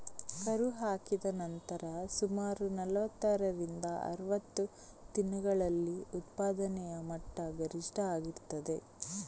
ಕರು ಹಾಕಿದ ನಂತರ ಸುಮಾರು ನಲುವತ್ತರಿಂದ ಅರುವತ್ತು ದಿನಗಳಲ್ಲಿ ಉತ್ಪಾದನೆಯ ಮಟ್ಟ ಗರಿಷ್ಠ ಆಗಿರ್ತದೆ